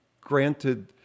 granted